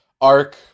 arc